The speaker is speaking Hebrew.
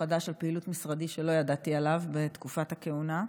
חדש על פעילות משרדי שלא ידעתי עליו בתקופת הכהונה.